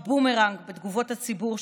הבומרנג ותגובות הציבור,